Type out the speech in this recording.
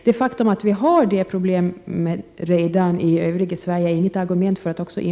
Det faktum att man redan har dessa problem i övriga Sverige är inget argument för att också införa dem på Gotland.